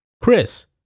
Chris